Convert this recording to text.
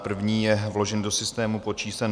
První je vložen do systému pod číslem 2658.